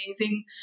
amazing